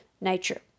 nature